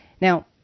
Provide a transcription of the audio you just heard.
Now